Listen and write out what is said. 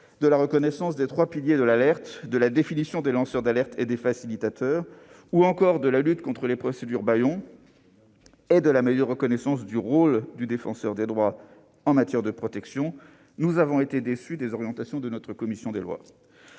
de la reconnaissance des trois piliers de l'alerte, de la définition des lanceurs d'alerte et des facilitateurs, de la lutte contre les procédures bâillons et de la meilleure reconnaissance du rôle du Défenseur des droits en matière de protection, nous avons été déçus des orientations retenues par la commission des lois.